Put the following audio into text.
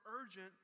urgent